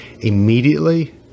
immediately